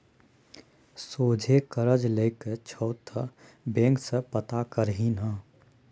सोझे करज लए के छौ त बैंक सँ पता करही ने